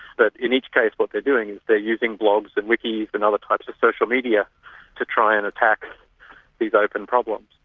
but in each case, what they're doing is they're using blogs and wikis and other types of social media to try and attack these open problems.